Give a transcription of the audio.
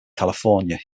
california